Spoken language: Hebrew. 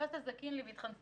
התייחסו לזה קינלי ומיכל,